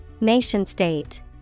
Nation-state